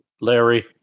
Larry